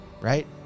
right